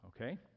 okay